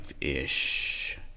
ish